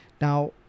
Now